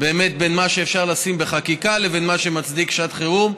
בין מה שאפשר לשים בחקיקה לבין מה שמצדיק שעת חירום,